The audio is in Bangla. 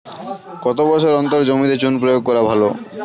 কত বছর অন্তর জমিতে চুন প্রয়োগ করা ভালো?